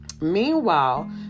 Meanwhile